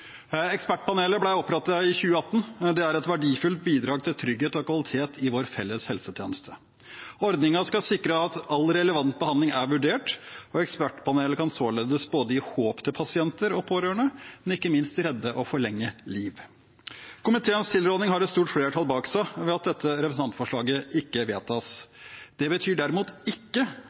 Ekspertpanelet ble opprettet i 2018. Det er et verdifullt bidrag til trygghet og kvalitet i vår felles helsetjeneste. Ordningen skal sikre at all relevant behandling er vurdert, og Ekspertpanelet kan således både gi håp til pasienter og pårørende og ikke minst redde og forlenge liv. Komiteens tilråding har et stort flertall bak seg for at dette representantforslaget ikke vedtas. Det betyr derimot ikke